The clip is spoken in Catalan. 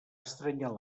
estrènyer